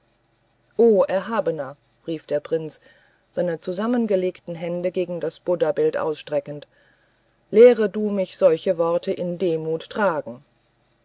o erhabener rief der prinz seine zusammengelegten hände gegen das buddhabild ausstreckend lehre du mich solche worte in demut tragen